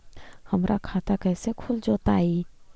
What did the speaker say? हमर खाता कैसे खुल जोताई?